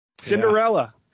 Cinderella